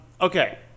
Okay